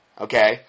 Okay